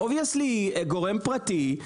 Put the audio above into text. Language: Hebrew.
obviously גורם פרטי,